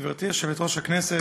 גברתי יושבת-ראש הישיבה,